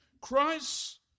Christ